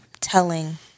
telling